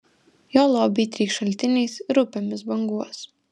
jo lobiai trykš šaltiniais ir upėmis banguos